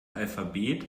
alphabet